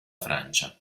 francia